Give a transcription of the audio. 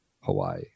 Hawaii